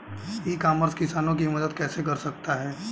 ई commerce किसानों की मदद कैसे कर सकता है?